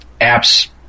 apps